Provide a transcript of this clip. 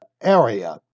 area